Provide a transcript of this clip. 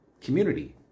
community